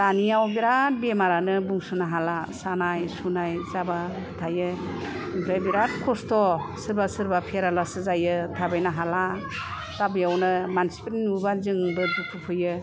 दानियाव बिराथ बेमारानो बुंस'नो हाला सानाय सुनाय जाबाय थायो ओमफ्राय बिराथ खस्थ' सोरबा सोरबा पेरेलायचिस जायो थाबायनो हाला दा बेयावनो मानसिफोर नुब्ला जोंबो दुखु फैयो